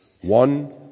one